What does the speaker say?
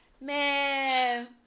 Man